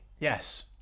Yes